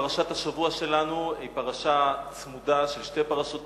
פרשת השבוע שלנו היא פרשה של שתי פרשות צמודות,